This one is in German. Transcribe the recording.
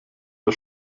der